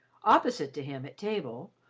opposite to him at table,